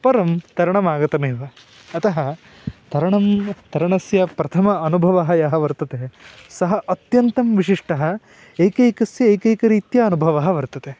परं तरणमागतमेव अतः तरणं तरणस्य प्रथमः अनुभवः यः वर्तते सः अत्यन्तं विशिष्टः एकैकस्य एककैकरीत्या अनुभवः वर्तते